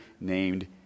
named